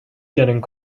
getting